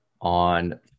on